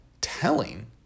telling